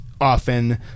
often